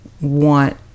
want